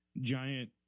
giant